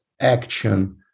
action